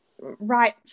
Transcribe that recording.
right